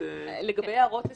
לגבי הערות לסעיפים,